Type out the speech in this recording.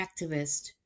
activist